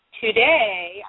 Today